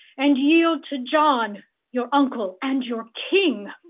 and yield to john your uncle and your king.